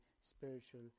spiritual